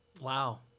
Wow